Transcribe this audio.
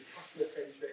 customer-centric